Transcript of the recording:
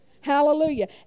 Hallelujah